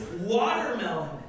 watermelon